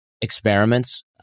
experiments